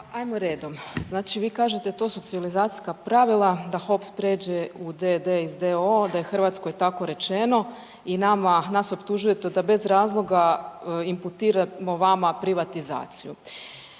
Ajmo redom. Znači vi kažete, to su civilizacijska pravila da HOPS pređe u d.d. iz d.o.o., a je Hrvatskoj tako rečeno i nama, nas optužujete da bez razloga imputiramo vama privatizaciju.